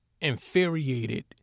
infuriated